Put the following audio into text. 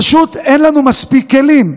פשוט אין לנו מספיק כלים.